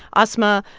asma,